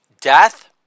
Death